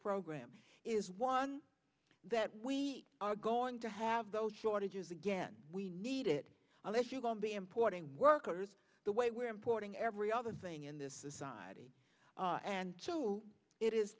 program is one that we are going to have those shortages again we need it unless you're going to be importing workers the way we're importing every other thing in this society and so it is